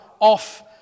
off